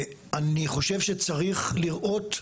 אני חושב שצריך לראות,